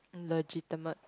legitimate